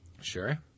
sure